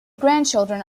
grandchildren